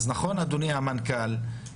אדוני המנכ"ל,